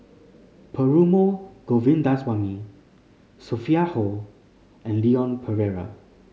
Perumal Govindaswamy Sophia Hull and Leon Perera